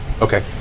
Okay